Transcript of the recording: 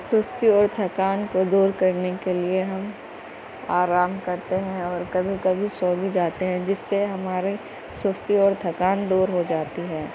سُستی اور تھكان كو دور كرنے کے لیے ہم آرام کرتے ہیں اور کبھی کبھی سو بھی جاتے ہیں جس سے ہمارے سُستی اور تھكان دور ہو جاتی ہے